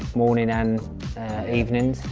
morning and evening.